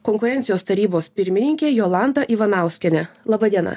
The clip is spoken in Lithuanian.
konkurencijos tarybos pirmininkė jolanta ivanauskienė laba diena